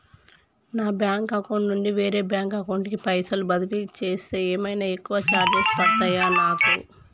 నా bank account నుండి వేరే బ్యాంక్ అకౌంట్ కి పైసల్ బదిలీ చేస్తే ఏమైనా ఎక్కువ చార్జెస్ పడ్తయా నాకు?